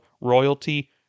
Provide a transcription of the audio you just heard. royalty